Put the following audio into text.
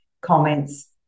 comments